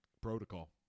protocol